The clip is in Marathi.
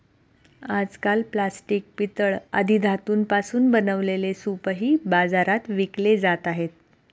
आजकाल प्लास्टिक, पितळ आदी धातूंपासून बनवलेले सूपही बाजारात विकले जात आहेत